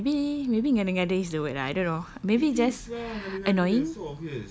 I don't know maybe maybe ngada-ngada is the word ah I don't know maybe just annoying